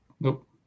Nope